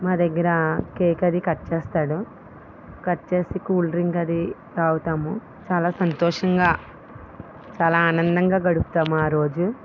మా దగ్గర కేక్ అది కట్ చేస్తాడు కట్ చేసి కూల్ డ్రింక్ అది తాగుతాము చాలా సంతోషంగా చాలా ఆనందంగా గడుపుతాము ఆ రోజు